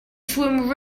swim